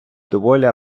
доволі